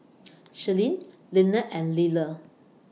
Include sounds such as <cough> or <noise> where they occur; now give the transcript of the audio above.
<noise> Sherilyn Lynnette and Liller